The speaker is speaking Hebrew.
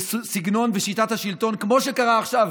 בסגנון ושיטת השלטון, כמו שקרה עכשיו,